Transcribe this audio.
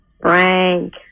Frank